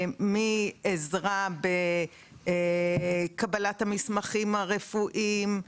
מעזרה בקבלת המסמכים הרפואיים,